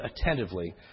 attentively